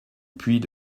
puits